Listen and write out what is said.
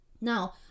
now